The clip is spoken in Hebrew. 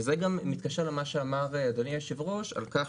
וזה מה מתקשר למה שאמר אדוני היושב-ראש על כך